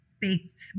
baked